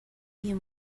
you